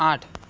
આઠ